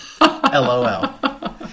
lol